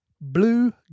blue